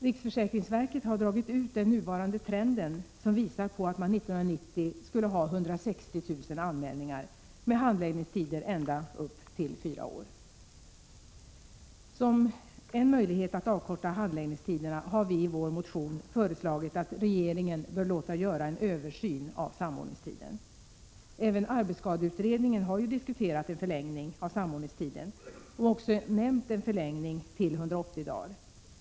Riksförsäkringsverket har dragit ut den nuvarande trenden, som visar att man 1990 skulle ha 160 000 anmälningar med handläggningstider på ända upp till fyra år. Som en möjlighet att avkorta handläggningstiderna har vi i vår motion — Prot. 1986/87:51 föreslagit att regeringen bör låta göra en översyn av samordningstiden. Även 17 december 1986 arbetsskadeutredningen har diskuterat en förlängning av samordningstiden Z— och också nämnt en eventuell förlängning till 180 dagar.